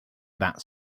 that